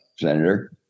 Senator